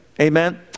Amen